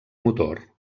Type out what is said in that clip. motor